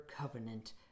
covenant